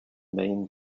main